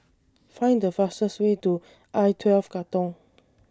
Find The fastest Way to I twelve Katong